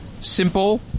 simple